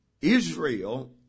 Israel